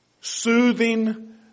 soothing